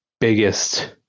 biggest